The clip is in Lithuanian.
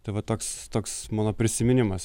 tai va toks toks mano prisiminimas